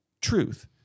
truth